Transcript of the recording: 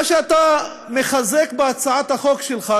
מה שאתה מחזק בהצעת החוק שלך,